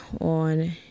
on